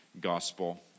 gospel